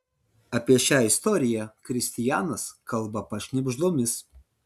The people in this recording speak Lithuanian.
apie šią istoriją kristianas kalba pašnibždomis